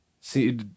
See